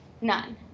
none